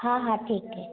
हां हां ठीक आहे